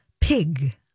Pig